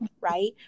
right